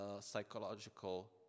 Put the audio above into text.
psychological